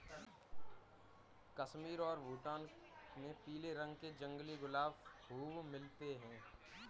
कश्मीर और भूटान में पीले रंग के जंगली गुलाब खूब मिलते हैं